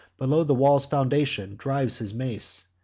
below the wall's foundation drives his mace,